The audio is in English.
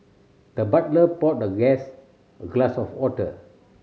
the butler poured the guest a glass of water